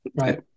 Right